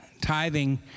tithing